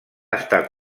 estar